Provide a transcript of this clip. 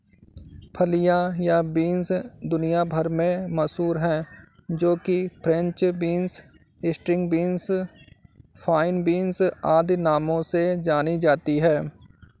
फलियां या बींस दुनिया भर में मशहूर है जो कि French beans, string beans, fine beans आदि नामों से जानी जाती है